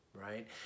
right